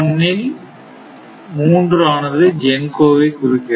இல் 3 ஆனது GENCO வை குறிக்கிறது